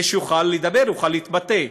זה שהוא יוכל לדבר, יוכל להתבטא.